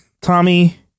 Tommy